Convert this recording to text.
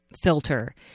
filter